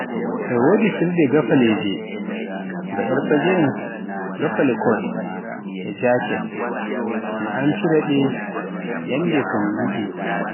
E wodi seerndi gafaaleje, mba er fageen, gafaale cot e jacket mi amfire ɗe yanbde ko miɗi